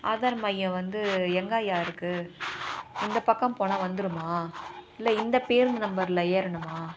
ஆதார் மையம் வந்து எங்கய்யா இருக்குது இந்த பக்கம் போனால் வந்துடுமா இல்லை இந்த பேருந்து நம்பர்ல ஏறணுமா